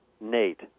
Nate